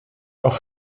auch